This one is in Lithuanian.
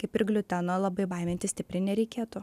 kaip ir gliuteno labai baimintis stipri nereikėtų